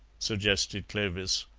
suggested clovis.